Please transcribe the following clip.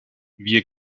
wir